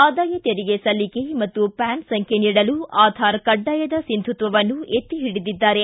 ಆದಾಯ ತೆರಿಗೆ ಸಲ್ಲಿಕೆ ಮತ್ತು ಪ್ಯಾನ್ ಸಂಚ್ಹೆ ನೀಡಲು ಆಧಾರ್ ಕಡ್ಡಾಯದ ಸಿಂಧುತ್ವವನ್ನು ಎತ್ತಿ ಹಿಡಿದಿದ್ದಾರೆ